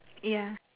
ya